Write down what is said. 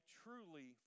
truly